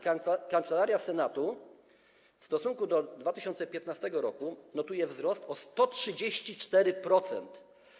Kancelaria Senatu w stosunku do 2015 r. notuje wzrost o 134%.